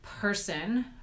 person